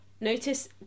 notice